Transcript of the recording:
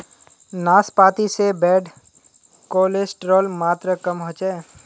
नाश्पाती से bad cholesterol मात्र कम होचे